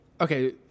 okay